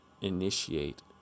initiate